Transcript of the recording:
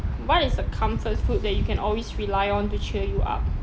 what is a comfort food that you can always rely on to cheer you up